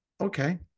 Okay